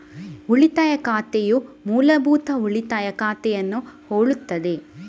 ಉಳಿತಾಯ ಖಾತೆಯು ಮೂಲಭೂತ ಉಳಿತಾಯ ಖಾತೆಯನ್ನು ಹೋಲುತ್ತದೆ